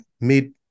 mid